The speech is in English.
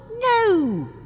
No